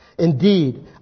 Indeed